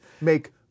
make